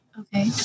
Okay